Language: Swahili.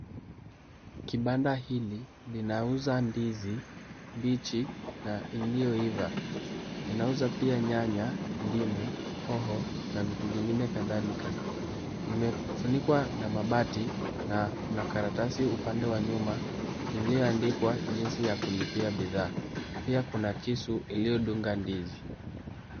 Kibanda hili linauza ndizi mbichi na iliyoiva. Inauza pia nyanya, ndimu, hoho na vitu vingine kadhalika. Imefunikwa na mabati na kuna karatasi upande wa nyuma iliyoandikwa jinsi ya kulipia bidhaa. Pia kuna kisu iliyodunga ndizi.